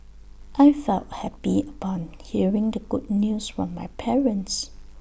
I felt happy upon hearing the good news from my parents